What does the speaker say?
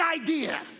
idea